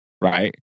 right